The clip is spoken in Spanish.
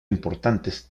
importantes